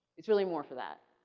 it's really more for that.